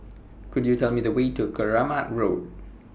Could YOU Tell Me The Way to Keramat Road